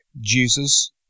Jesus